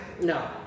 No